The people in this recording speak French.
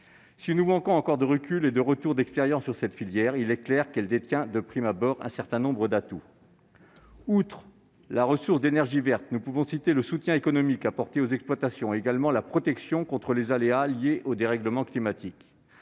Si nous manquons encore de recul et de retours d'expérience sur cette filière, il est clair que celle-ci semble disposer, de prime abord, d'un certain nombre d'atouts : outre la ressource d'énergie verte, nous pouvons citer le soutien économique apporté aux exploitations et la protection contre les aléas liés au dérèglement climatique.